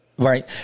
Right